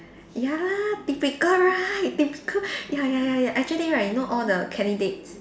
ya typical right typical ya ya ya ya actually right you know all the candidates